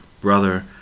Brother